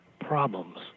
problems